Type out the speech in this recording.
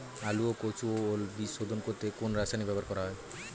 আলু ও কচু ও ওল বীজ শোধন করতে কোন রাসায়নিক ব্যবহার করা হয়?